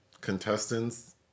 contestants